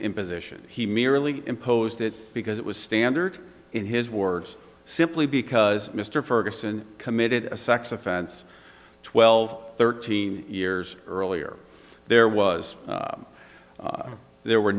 imposition he merely imposed it because it was standard in his words simply because mr ferguson committed a sex offense twelve thirteen years earlier there was there were